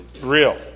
real